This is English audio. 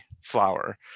flower